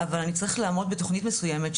אבל אני צריך לעמוד בתכנית מסויימת,